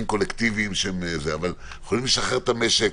קולקטיביים אבל יכולים לשחרר את המשק,